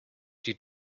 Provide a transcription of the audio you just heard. die